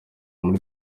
muri